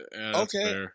okay